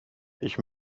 ich